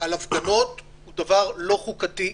על הפגנות הוא דבר לא חוקתי,